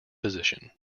position